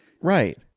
right